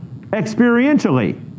experientially